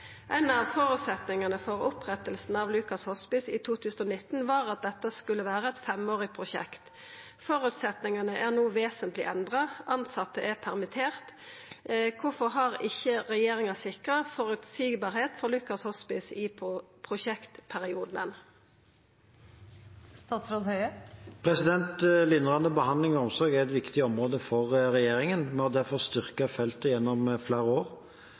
En av forutsetningene for opprettelsen av Lukas Hospice i 2019 var at dette skulle være et femårig prosjekt. Forutsetningene er nå vesentlig endret. Ansatte er permittert. Hvorfor har ikke regjeringen sikret forutsigbarhet for Lukas Hospice i prosjektperioden?» Lindrende behandling og omsorg er et viktig område for regjeringen. Vi har derfor styrket feltet gjennom flere år.